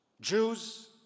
Jews